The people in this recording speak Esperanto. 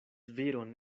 viron